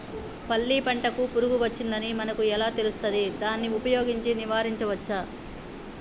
పల్లి పంటకు పురుగు వచ్చిందని మనకు ఎలా తెలుస్తది దాన్ని ఉపయోగించి నివారించవచ్చా?